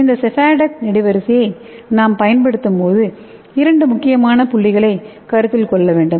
இந்த செஃபாடெக்ஸ் நெடுவரிசையை நாம் பயன்படுத்தும்போது இரண்டு முக்கியமான புள்ளிகளைக் கருத்தில் கொள்ள வேண்டும்